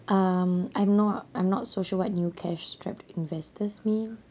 um I'm not I'm not so sure what new cash-strapped investors mean